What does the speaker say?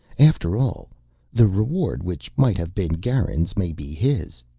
after all the reward which might have been garan's may be his?